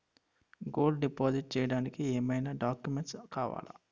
Gold deposit చేయడానికి ఏమైనా documents కావాలా?